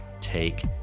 take